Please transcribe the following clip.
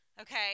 Okay